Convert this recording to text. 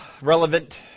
relevant